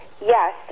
Yes